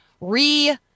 re-